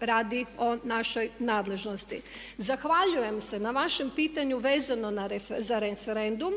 radi o našoj nadležnosti. Zahvaljujem se na vašem pitanju vezano za referendum.